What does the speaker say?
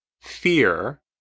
fear